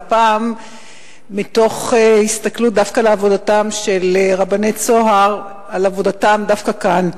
והפעם מתוך הסתכלות על עבודתם של רבני "צהר" על עבודתם דווקא כאן.